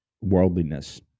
worldliness